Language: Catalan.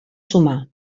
sumar